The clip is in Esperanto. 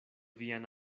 vian